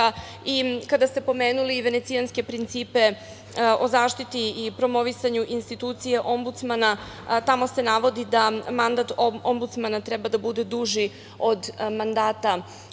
Kada ste pomenuli Venecijanske principe o zaštiti i promovisanju institucije Ombudsmana, tamo se navodi da mandat Ombudsmana treba da bude duži od mandata organa